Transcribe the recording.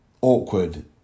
Awkward